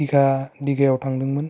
डिगा डिगायाव थांदोंमोन